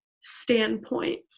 standpoint